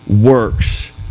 works